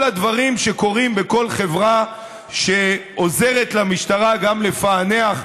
כל הדברים שקורים בכל חברה שעוזרת למשטרה גם לפענח,